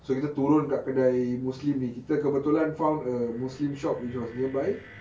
so kita turun kat kedai muslim ni kita kebetulan found a muslim shop which was nearby